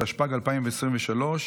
התשפ"ג 2023,